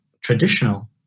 traditional